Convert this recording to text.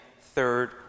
third